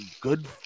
good